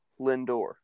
Lindor